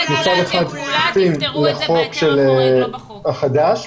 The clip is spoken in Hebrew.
מעונות היום מצד אחד הולכים לפי החוק החדש,